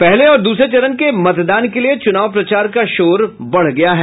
पहले और दूसरे चरण के मतदान के लिये चुनाव प्रचार का शोर बढ़ गया है